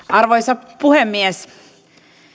arvoisa puhemies